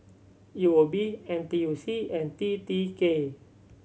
U O B N T U C and T T K